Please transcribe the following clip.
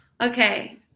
Okay